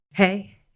Hey